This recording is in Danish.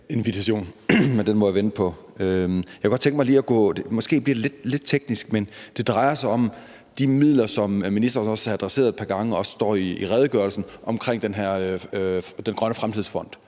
invitation, men den må vi jo vente på. Måske bliver det lidt teknisk, men det drejer sig om de midler, som ministeren også har adresseret et par gange, og som også står i redegørelsen, omkring den grønne fremtidsfond,